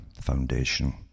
Foundation